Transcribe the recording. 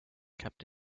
kept